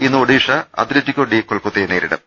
ഇന്ന് Odisha Atletico de കൊൽക്കത്തയെ നേരിടും